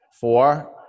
Four